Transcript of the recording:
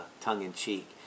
tongue-in-cheek